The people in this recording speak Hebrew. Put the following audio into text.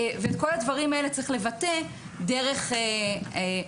ואת כל הדברים האלה צריך לבטא דרך צמצום,